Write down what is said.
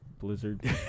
blizzard